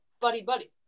buddy-buddy